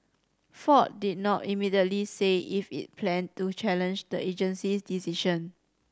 ford did not immediately say if it planned to challenge the agency's decision